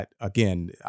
again